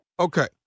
Okay